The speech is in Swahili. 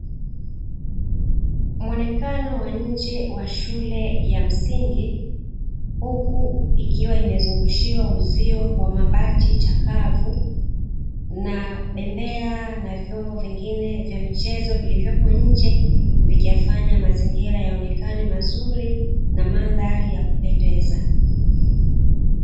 Muonekano wa nje wa shule ya msingi, huku ikiwa imezungushiwa uzio wa mabati chakavu na bembea na vyombo vingine vya michezo vilivyopo nje, vikiyafanya mazingira yaonekane mazuri na mandhari ya kupendeza.